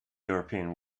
european